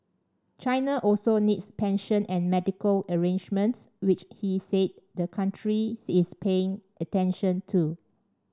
China also needs pension and medical arrangements which he said the country is paying attention to